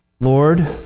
Lord